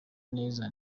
neza